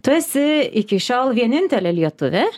tu esi iki šiol vienintelė lietuvė